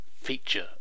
feature